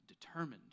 determined